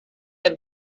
had